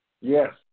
Yes